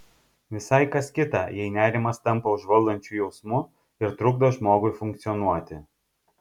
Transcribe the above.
visai kas kita jei nerimas tampa užvaldančiu jausmu ir trukdo žmogui funkcionuoti